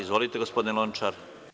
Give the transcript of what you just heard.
Izvolite, gospodine Lončar.